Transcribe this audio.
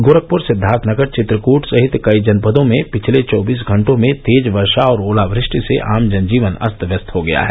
गोरखपुर सिद्वार्थनगर चित्रकूट सहित कई जनपदों में पिछले चौबीस घंटों में तेज वर्षा और ओलावृष्टि से आम जनजीवन अस्त व्यस्त हो गया है